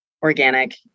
organic